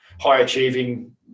high-achieving